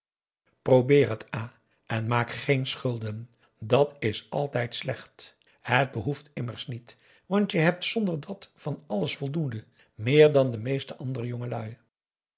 probeer het a en maak geen schulden dàt aum boe akar eel is altijd slecht het behoeft immers niet want je hebt zonder dat van alles voldoende meer dan de meeste andere jongelui